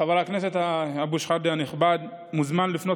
חבר הכנסת אבו שחאדה הנכבד מוזמן לפנות